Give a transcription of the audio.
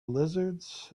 lizards